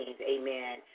Amen